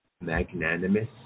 magnanimous